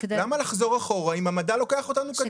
למה לחזור אחורה אם המדע לוקח אותנו קדימה?